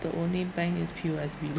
the only bank is P_O_S_B